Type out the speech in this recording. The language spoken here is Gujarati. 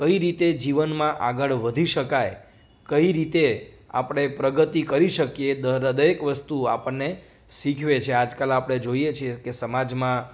કઈ રીતે જીવનમાં આગળ વધી શકાય કઈ રીતે આપણે પ્રગતિ કરી શકીએ દરેક વસ્તુ આપણને શીખવે છે આજકાલ આપણે જોઈએ છીએ કે સમાજમાં